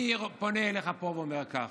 אני פונה אליך פה ואומר כך: